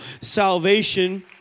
salvation